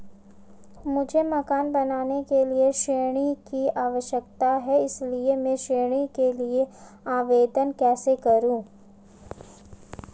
मुझे मकान बनाने के लिए ऋण की आवश्यकता है इसलिए मैं ऋण के लिए आवेदन कैसे करूं?